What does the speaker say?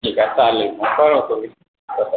ठीक आहे चालेल मग कळवतो मी कसं आहे